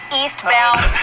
eastbound